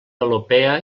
melopea